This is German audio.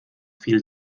viel